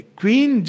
queen